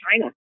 China